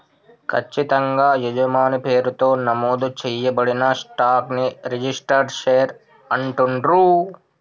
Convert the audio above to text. ఖచ్చితంగా యజమాని పేరుతో నమోదు చేయబడిన స్టాక్ ని రిజిస్టర్డ్ షేర్ అంటుండ్రు